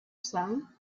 son